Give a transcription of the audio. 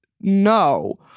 no